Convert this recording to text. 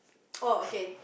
orh okay